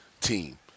team